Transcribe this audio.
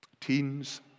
Teens